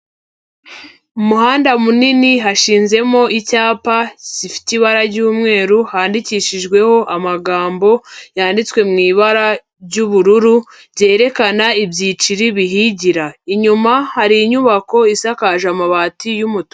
Umuhanda munini hashinzemo icyapa gifite ibara ry'umweru, handikishijweho amagambo yanditswe mu ibara ry'ubururu, ryerekana ibyiciri bihigira. Inyuma hari inyubako isakaje amabati y'umutuku.